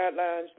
guidelines